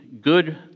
good